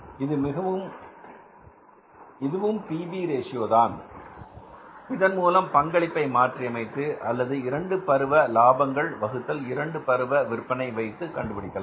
இது இதுவும் P V ratio தான் இதன் மூலம் பங்களிப்பை மாற்றியமைத்து அல்லது 2 பருவ லாபங்கள் வகுத்தல் இரண்டு பருவ விற்பனை வைத்து கண்டுபிடிக்கலாம்